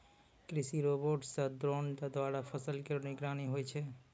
कृषि रोबोट सह द्रोण क द्वारा फसल केरो निगरानी होय छै